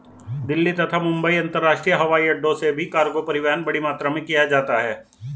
दिल्ली तथा मुंबई अंतरराष्ट्रीय हवाईअड्डो से भी कार्गो परिवहन बड़ी मात्रा में किया जाता है